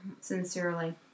Sincerely